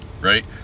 right